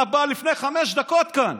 אתה בא לפני חמש דקות, כאן,